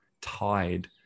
tied